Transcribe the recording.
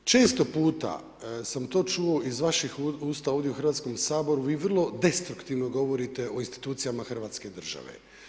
Često puta sam to čuo iz vaših usta ovdje u Hrvatskom saboru, vi vrlo destruktivno govorite o institucijama hrvatske države.